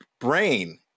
brain